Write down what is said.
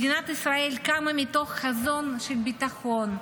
מדינת ישראל קמה מתוך חזון של ביטחון,